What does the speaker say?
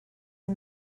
and